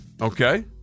Okay